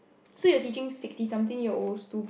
so you're teaching sixty something years old to